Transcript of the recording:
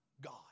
God